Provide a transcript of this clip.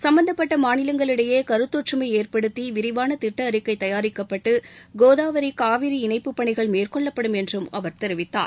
சம்மந்தப்பட்ட மாநிலங்களிடையே கருத்தொற்றுமை ஏற்படுத்தி விரிவான திட்ட அறிக்கை தயாரிக்கப்பட்டு கோதாவரி னவிரி இணைப்பு பணிகள் மேற்கொள்ளப்படும் என்றும் அவர் தெரிவித்தார்